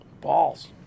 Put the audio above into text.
balls